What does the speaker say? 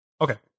Okay